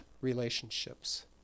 relationships